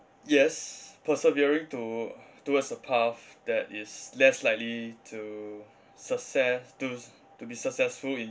yes persevering to towards the path that is less likely to success to to be successful in